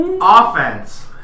Offense